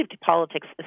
politics